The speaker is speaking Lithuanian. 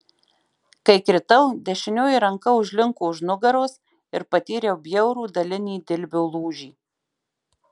kai kritau dešinioji ranka užlinko už nugaros ir patyriau bjaurų dalinį dilbio lūžį